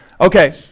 Okay